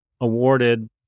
awarded